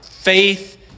faith